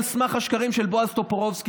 על סמך השקרים של בועז טופורובסקי,